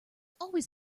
always